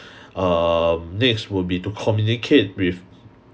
um next will be to communicate with